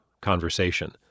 conversation